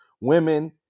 women